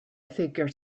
figure